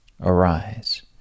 arise